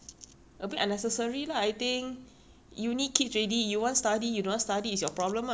uni kids already you want study you don't want study is your problem lah your one thousand dollars anyway [what]